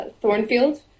Thornfield